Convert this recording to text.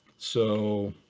so,